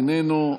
איננו.